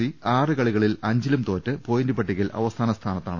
C ആറുകളികളിൽ അഞ്ചിലും തോറ്റ് പോയിന്റ് പട്ടികയിൽ അവസാന സ്ഥാനത്താണ്